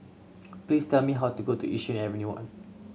please tell me how to go to Yishun Avenue